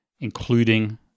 including